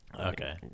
Okay